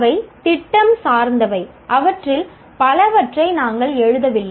அவை திட்டம் சார்ந்தவை அவற்றில் பலவற்றை நாங்கள் எழுதவில்லை